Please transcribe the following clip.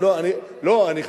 לא, אני לא יכול.